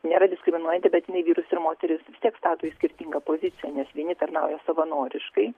nėra diskriminuojanti bet jinai vyrus ir moteris vis tiek stato į skirtingą poziciją nes vieni tarnauja savanoriškai